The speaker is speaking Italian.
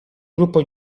gruppo